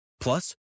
Plus